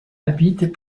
habitent